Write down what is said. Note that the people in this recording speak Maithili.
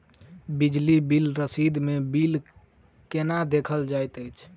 बिजली बिल रसीद मे बिल केना देखल जाइत अछि?